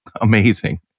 amazing